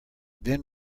then